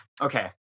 Okay